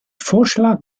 vorschlag